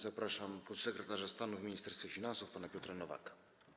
Zapraszam podsekretarza stanu w Ministerstwie Finansów pana Piotra Nowaka.